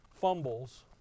fumbles